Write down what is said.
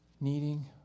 needing